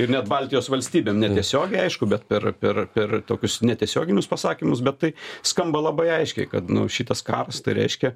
ir net baltijos valstybėm netiesiogiai aišku bet per per per tokius netiesioginius pasakymus bet tai skamba labai aiškiai kad nu šitas karas tai reiškia